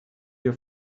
your